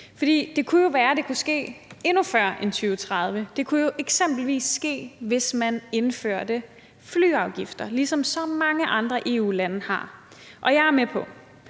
det kunne jo være, det kunne ske endnu før end 2030. Det kunne jo eksempelvis ske, hvis man indførte flyafgifter, ligesom så mange andre EU-lande har gjort. Og jeg er med på,